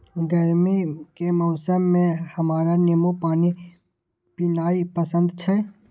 गर्मी के मौसम मे हमरा नींबू पानी पीनाइ पसंद छै